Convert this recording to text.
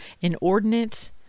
inordinate